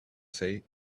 say